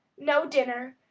no dinner,